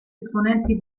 esponenti